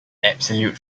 absolute